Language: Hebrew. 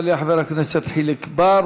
יעלה חבר הכנסת חיליק בר,